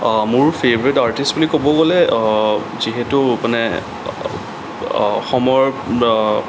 হয় মোৰ favourite artist বুলি ক'ব গ'লে যিহেতু মানে সময়ৰ